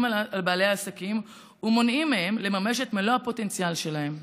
על בעלי העסקים ומונעים מהם לממש את מלוא הפוטנציאל שלהם.